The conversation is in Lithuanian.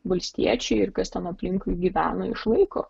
valstiečiai ir kas ten aplinkui gyvena išlaiko